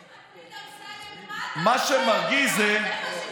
מה שמטריד, אמסלם, זה מה אתה עושה עכשיו.